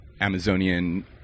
Amazonian